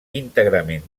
íntegrament